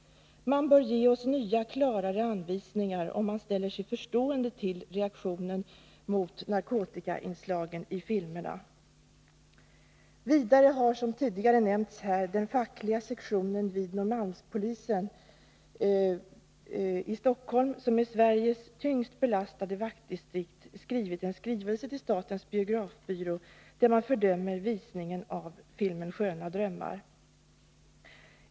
Man bör ge oss nya, klarare anvisningar och man ställer sig förstående till reaktionen mot narkotikainslagen i filmerna.” 6 Vidare har, som tidigare nämnts här, den fackliga sektionen vid Norrmalmspolisen i Stockholm, som är Sveriges tyngst belastade vaktdistrikt, formulerat en skrivelse till statens biografbyrå där man fördömer visningen av filmen Sköna drömmar.